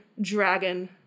dragon